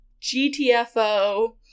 GTFO